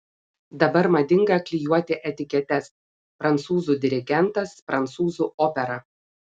dabar madinga klijuoti etiketes prancūzų dirigentas prancūzų opera